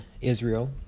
Israel